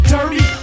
Dirty